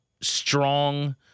strong